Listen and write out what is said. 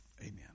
Amen